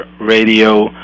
radio